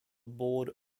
board